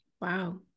Wow